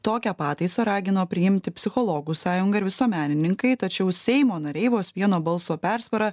tokią pataisą ragino priimti psichologų sąjunga ir visuomenininkai tačiau seimo nariai vos vieno balso persvara